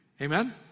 Amen